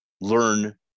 learn